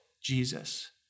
Jesus